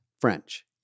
French